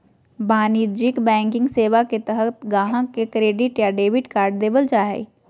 वाणिज्यिक बैंकिंग सेवा के तहत गाहक़ के क्रेडिट या डेबिट कार्ड देबल जा हय